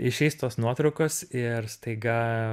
išeis tos nuotraukos ir staiga